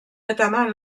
notamment